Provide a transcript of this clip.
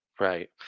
Right